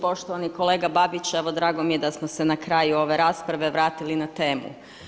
Poštovani kolega Babić, evo drago mi je da smo se na kraju ove rasprave vratili na temu.